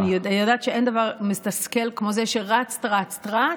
כי אני יודעת שאין דבר מתסכל כמו זה שרצת רצת רצת,